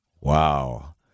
Wow